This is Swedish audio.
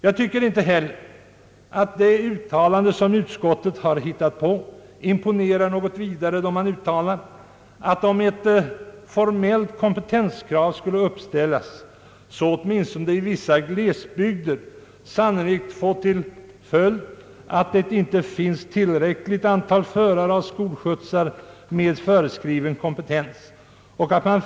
Jag tycker inte heller att följande uttalande av utskottet är imponerande: »Uppställande av ett formellt kompetenskrav skulle åtminstone i vissa glesbygder sannolikt få till följd att det inte finns tillräckligt antal förare av skolskjutsar med föreskriven kompetens.